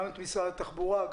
משרד התחבורה,